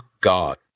God